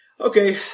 okay